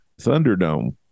Thunderdome